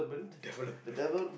development